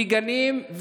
מגנים,